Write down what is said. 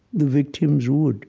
the victims would